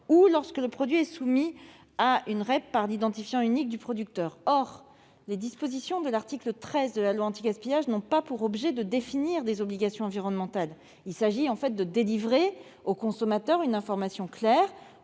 élargie du producteur (REP) l'identifiant unique du producteur. Or les dispositions de l'article 13 de cette loi n'ont pas pour objet de définir des obligations environnementales. Il s'agit en fait de délivrer au consommateur une information claire,